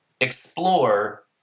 explore